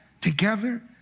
together